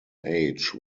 age